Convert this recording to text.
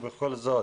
ובכל זאת